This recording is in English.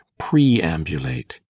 preambulate